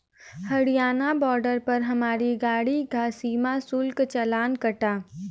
Haryana border पर हमारी गाड़ी का सीमा शुल्क चालान कटा